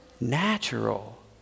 natural